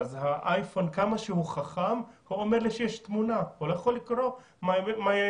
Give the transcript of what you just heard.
זה לא --- הוא לא צריך לראות אותם.